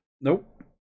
Nope